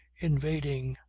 invading,